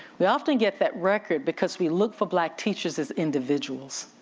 we often get that record because we look for black teachers as individuals.